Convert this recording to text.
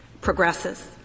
progresses